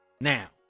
Now